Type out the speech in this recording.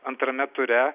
antrame ture